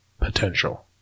potential